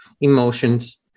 emotions